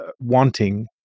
wanting